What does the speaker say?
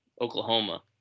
Oklahoma